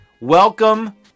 welcome